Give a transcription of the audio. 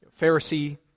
Pharisee